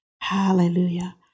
Hallelujah